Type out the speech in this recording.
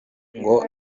ngo